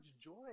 joy